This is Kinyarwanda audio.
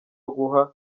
guha